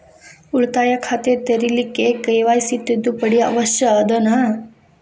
ಉಳಿತಾಯ ಖಾತೆ ತೆರಿಲಿಕ್ಕೆ ಕೆ.ವೈ.ಸಿ ತಿದ್ದುಪಡಿ ಅವಶ್ಯ ಅದನಾ?